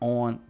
on